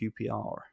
QPR